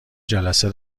جلسه